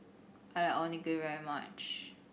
I like Onigiri very much